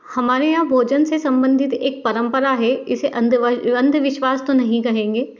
हमारे यहाँ भोजन से सम्बंधित एक परंपरा है इसे अंधविश्वास तो नहीं कहेंगे